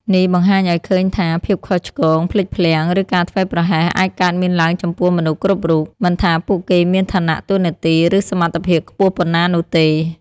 នេះបង្ហាញឱ្យឃើញថា ភាពខុសឆ្គង ភ្លេចភ្លាំង ឬការធ្វេសប្រហែស អាចកើតមានឡើងចំពោះមនុស្សគ្រប់រូប មិនថាពួកគេមានឋានៈតួនាទី ឬសមត្ថភាពខ្ពស់ប៉ុណ្ណានោះទេ។